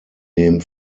dem